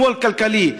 שמאל כלכלי,